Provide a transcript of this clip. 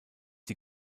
die